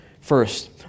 First